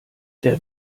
der